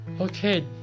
Okay